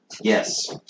Yes